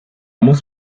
muss